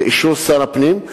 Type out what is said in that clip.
באישור שר הפנים,